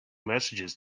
messages